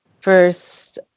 first